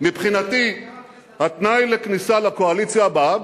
מבחינתי התנאי לכניסה לקואליציה הבאה,